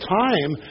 time